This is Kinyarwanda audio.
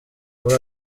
muri